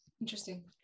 Interesting